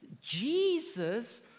Jesus